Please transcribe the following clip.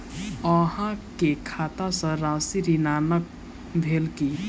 अहाँ के खाता सॅ राशि ऋणांकन भेल की?